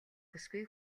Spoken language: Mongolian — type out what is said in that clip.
бүсгүй